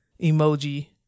emoji